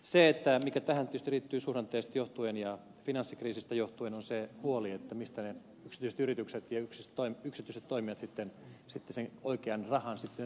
se mikä tähän tietysti liittyy suhdanteesta ja finanssikriisistä johtuen on se huoli mistä ne yksityiset yritykset ja yksityiset toimijat sitten sen oikean rahan saavat